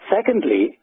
Secondly